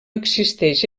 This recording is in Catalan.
existeix